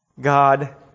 God